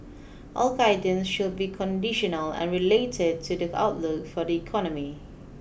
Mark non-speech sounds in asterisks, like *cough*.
*noise* all guidance should be conditional and related to the outlook for the economy